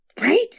Right